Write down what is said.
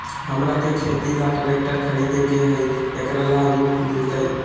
हमरा के खेती ला ट्रैक्टर खरीदे के हई, एकरा ला ऋण मिलतई?